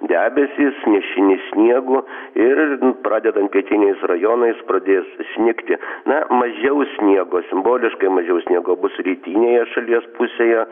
debesys nešini sniegu ir pradedant pietiniais rajonais pradės snigti na mažiau sniego simboliškai mažiau sniego bus rytinėje šalies pusėje